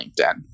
linkedin